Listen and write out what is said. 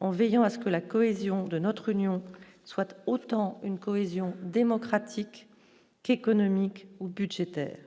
en veillant à ce que la cohésion de notre union soit autant une cohésion démocratique, économique ou budgétaire.